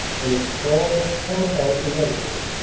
and its fall must come about inevitably,